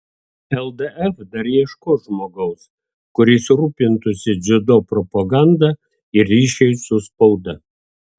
ldf dar ieškos žmogaus kuris rūpintųsi dziudo propaganda ir ryšiais su spauda